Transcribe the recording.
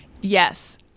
Yes